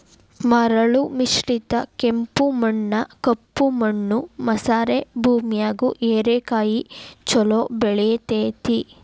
ಮರಳು ಮಿಶ್ರಿತ ಕೆಂಪು ಮಣ್ಣ, ಕಪ್ಪು ಮಣ್ಣು ಮಸಾರೆ ಭೂಮ್ಯಾಗು ಹೇರೆಕಾಯಿ ಚೊಲೋ ಬೆಳೆತೇತಿ